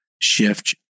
shift